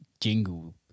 jingle